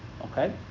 Okay